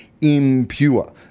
impure